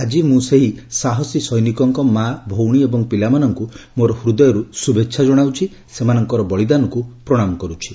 ଆଜି ମୁଁ ସେହି ସାହସୀ ସୈନିକଙ୍କ ମା' ଭଉଣୀ ଏବଂ ପିଲାମାନଙ୍କୁ ମୋର ହୂଦୟରୁ ଶୁଭେଚ୍ଛା ଜଣାଉଛି ସେମାନଙ୍କର ବଳିଦାନକୁ ପ୍ରଶାମ କର୍ଚ୍ଚି